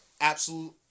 Absolute